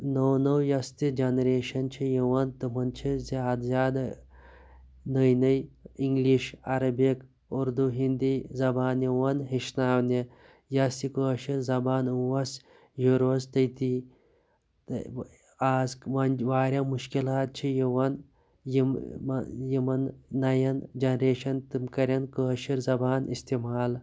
نٔو نٔو یۄس تہِ جَنریشَن چھِ یِوان تِمَن چھِ زیادٕ زیادٕ نٔے نٔے اِنگلِش عَرَبِک اُردو ہِنٛدی زَبان یِوان ہچھناونہٕ یۄس یہِ کٲشر زَبان اوس یہٕ روز تٔتی تہٕ آز وۄنۍ وارِیاہ مُشکِلات چھ یِوان یِم یِمَن نَیَن جَنریشَن تِم کَرن کٲشِر زَبان اِستعمال